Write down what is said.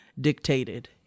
dictated